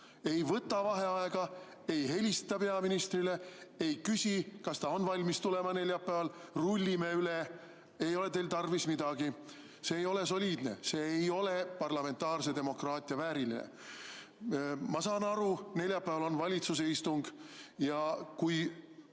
Ei võta vaheaega, ei helista peaministrile, ei küsi, kas ta on valmis neljapäeval tulema. Rullime üle, ei ole teil tarvis midagi! See ei ole soliidne, see ei ole parlamentaarse demokraatia vääriline. Ma saan aru, neljapäeval on valitsuse istung ja kui